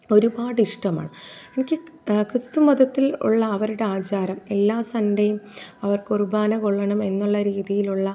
ഒരുപാട് ഇഷ്ടമാണ് എനിക്ക് ക്രിസ്തുമതത്തിൽ ഉള്ള അവരുടെ ആചാരം എല്ലാ സൺഡേയും അവർ കുർബാന കൊള്ളണം എന്നുള്ള രീതിയിലുള്ള